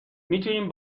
تونیم